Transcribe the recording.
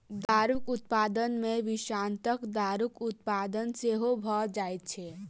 दारूक उत्पादन मे विषाक्त दारूक उत्पादन सेहो भ जाइत छै